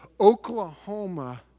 Oklahoma